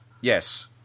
Yes